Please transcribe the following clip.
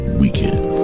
weekend